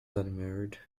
admired